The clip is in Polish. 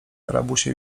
rabusie